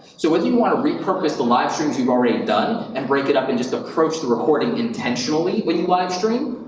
so when you wanna repurpose the live streams you've already done and break it up and just approach the recording intentionally when you live stream,